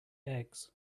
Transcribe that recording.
eggs